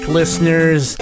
listeners